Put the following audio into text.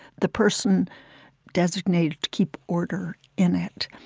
the person designated to keep order in it,